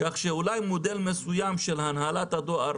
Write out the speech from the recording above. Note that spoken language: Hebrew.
לגבי מודל מסוים של הנהלת הדואר